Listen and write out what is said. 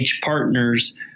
partners